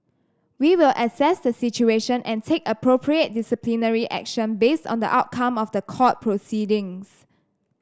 we will assess the situation and take appropriate disciplinary action based on the outcome of the court proceedings